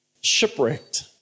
shipwrecked